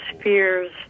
fears